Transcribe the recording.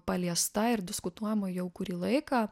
paliesta ir diskutuojama jau kurį laiką